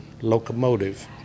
locomotive